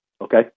Okay